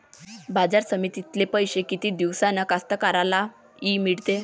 बाजार समितीतले पैशे किती दिवसानं कास्तकाराइले मिळते?